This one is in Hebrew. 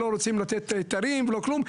שלא רוצים לתת היתרים ולא כלום.